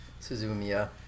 Suzumiya